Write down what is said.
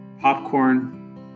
popcorn